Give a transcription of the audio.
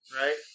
Right